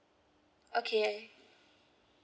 okay I